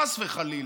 חס וחלילה.